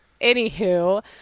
anywho